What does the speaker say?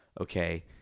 okay